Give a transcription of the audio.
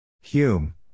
Hume